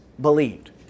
believed